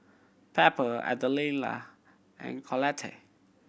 Pepper Ardella and Collette